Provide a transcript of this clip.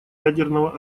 ядерного